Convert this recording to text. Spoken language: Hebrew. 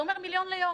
זה אומר מיליון ליום.